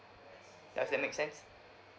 does that make sense